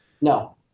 No